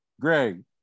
Greg